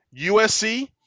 USC